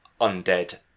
undead